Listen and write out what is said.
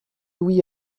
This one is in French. louis